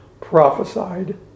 prophesied